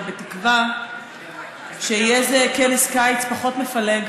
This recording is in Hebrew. ובתקווה שיהא זה כנס קיץ פחות מפלג,